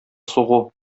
сугу